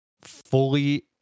fully